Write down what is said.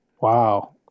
Wow